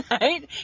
Right